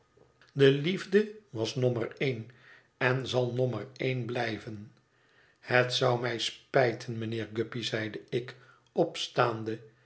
de liefde was nommer één en zal nommer één blijven het zou mij spijten mijnheer guppy zeide ik opstaande